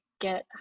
get